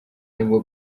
nibwo